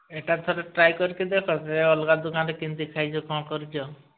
ଏଟା ଥରେ ଟ୍ରାଏ କରିକି ଦେଖ ସେ ଅଲଗା ଦୋକାନରେ କେମିତି ଖାଇଛ କ'ଣ କରିଛ